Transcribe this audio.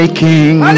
king